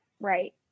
right